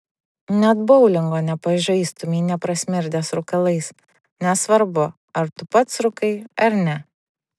net boulingo nepažaistumei neprasmirdęs rūkalais nesvarbu ar tu pats rūkai ar ne